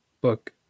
book